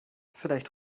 vielleicht